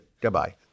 Goodbye